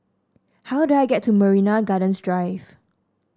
how do I get to Marina Gardens Drive